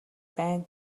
байна